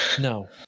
No